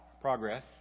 Progress